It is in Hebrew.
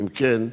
2. אם כן,